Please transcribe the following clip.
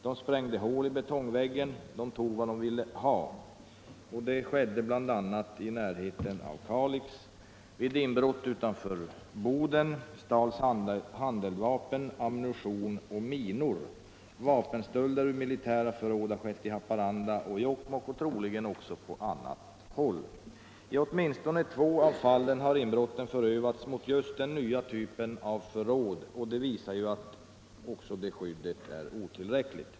De sprängde hål i betongväggen och tog vad de ville ha. Detta skedde bl.a. i närheten av Kalix. Vid ett inbrott utanför Boden stals handeldvapen, ammunition och minor. Vapenstölder ur militära förråd har skett i Haparanda och Jokkmokk och troligen även på andra håll. I åtminstone två av fallen har inbrotten förövats mot just den nya typen av förråd, och det visar ju att även det skyddet är otillräckligt.